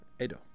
Edo